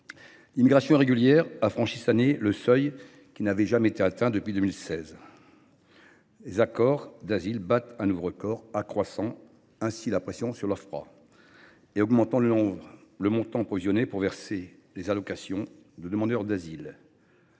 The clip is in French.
L’immigration régulière a franchi cette année un seuil jamais atteint depuis 2016. Les demandes d’asile battent un nouveau record, accroissant ainsi la pression sur l’Ofpra et augmentant le montant provisionné pour verser les allocations de demandeurs d’asile.